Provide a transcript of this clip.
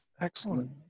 excellent